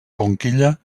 conquilla